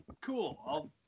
cool